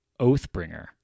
Oathbringer